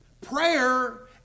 Prayer